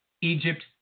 Egypt